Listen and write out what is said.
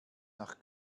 nach